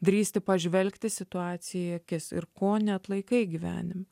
drįsti pažvelgti situacijai į akis ir ko neatlaikai gyvenime